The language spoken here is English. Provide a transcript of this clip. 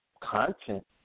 content